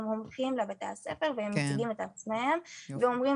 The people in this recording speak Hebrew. הם הולכים לבתי הספר והם מציגים את עצמם ואומרים